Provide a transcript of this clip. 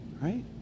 Right